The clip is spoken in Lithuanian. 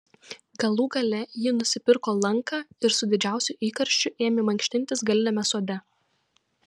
galų gale ji nusipirko lanką ir su didžiausiu įkarščiu ėmė mankštintis galiniame sode